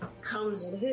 comes